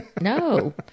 No